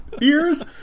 Ears